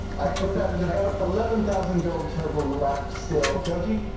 i put that at about eleven thousand gold total left still. doty?